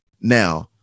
now